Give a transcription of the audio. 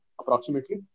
approximately